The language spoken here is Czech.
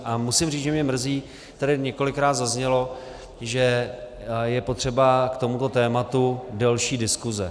A musím říct, že mě mrzí, jak tady několikrát zaznělo, že je potřeba k tomuto tématu delší diskuse.